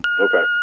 Okay